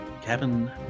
cabin